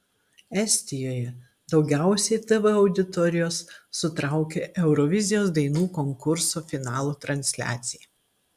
estijoje daugiausiai tv auditorijos sutraukė eurovizijos dainų konkurso finalo transliacija